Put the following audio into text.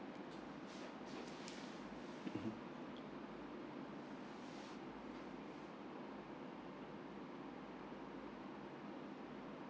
mmhmm